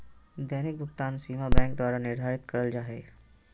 दैनिक भुकतान सीमा बैंक द्वारा निर्धारित करल जा हइ